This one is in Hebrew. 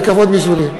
זה כבוד בשבילי.